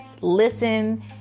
listen